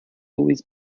always